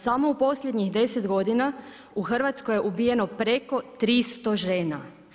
Samo u posljednjih 10 godina u Hrvatskoj je ubijeno preko 300 žena.